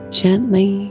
gently